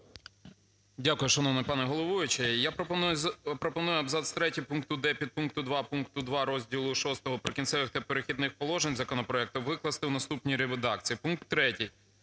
Дякую, шановний пане головуючий. Я пропоную абзац третій пункту "д" підпункту 2 пункту 2 розділу VI "Прикінцеві та перехідні положень" законопроекту викласти у наступній редакції: